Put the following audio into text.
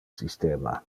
systema